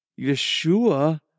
Yeshua